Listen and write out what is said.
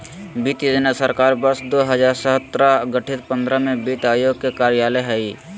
वित्त योजना सरकार वर्ष दो हजार सत्रह गठित पंद्रह में वित्त आयोग के कार्यकाल हइ